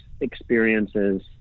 experiences